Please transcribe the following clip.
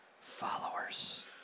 followers